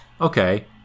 Okay